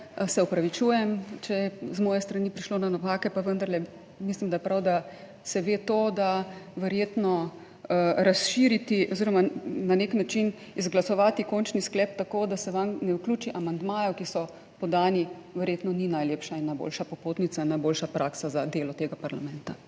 se opravičujem, če je z moje strani prišlo do napake, pa vendarle mislim, da je prav, da se ve to, da verjetno razširiti oziroma na nek način izglasovati končni sklep tako, da se vanj ne vključi amandmajev, ki so podani, verjetno ni najlepša in najboljša popotnica, najboljša praksa za delo tega parlamenta.